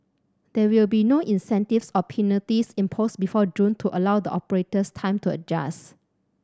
there will be no incentives or penalties imposed before June to allow the operators time to adjust